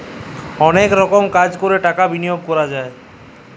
অলেক রকম কাম ক্যরে টাকা বিলিয়গ ক্যরা যায়